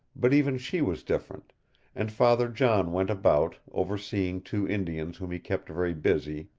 but even she was different and father john went about, overseeing two indians whom he kept very busy,